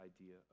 idea